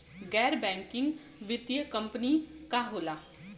गैर बैकिंग वित्तीय कंपनी का होला?